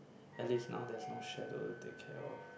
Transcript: at least now there's no shadow to take care of